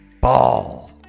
ball